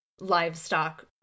livestock